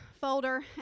folder